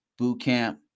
bootcamp